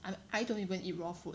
um I don't even eat raw food